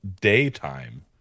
daytime